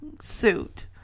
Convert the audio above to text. suit